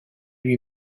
lui